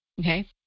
okay